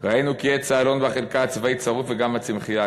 ראינו כי עץ האלון בחלקה הצבאית שרוף וגם הצמחייה.